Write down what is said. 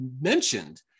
mentioned